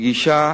גישה